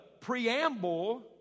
preamble